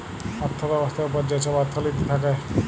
অথ্থ ব্যবস্থার উপর যে ছব অথ্থলিতি থ্যাকে